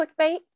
Clickbait